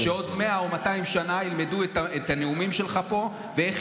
עוד 100 או 200 שנה ילמדו את הנאומים שלך פה ואיך